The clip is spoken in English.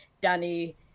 Danny